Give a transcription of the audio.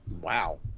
Wow